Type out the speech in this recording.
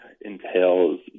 entails